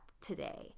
today